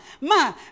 ma